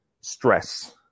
stress